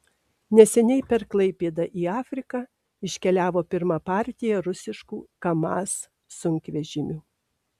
neseniai per klaipėdą į afriką iškeliavo pirma partija rusiškų kamaz sunkvežimių